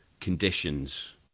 conditions